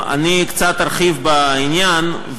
אני ארחיב קצת בעניין,